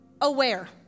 aware